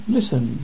Listen